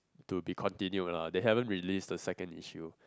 to be continued lah they haven't release the second issue